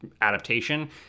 adaptation